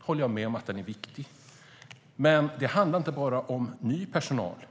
håller jag med om att den är viktig. Men det handlar inte bara om ny personal.